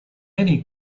many